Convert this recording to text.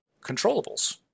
controllables